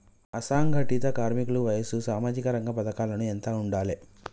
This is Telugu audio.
అసంఘటిత కార్మికుల వయసు సామాజిక రంగ పథకాలకు ఎంత ఉండాలే?